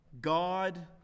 God